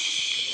סליחה, שנייה.